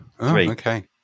okay